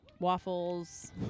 Waffles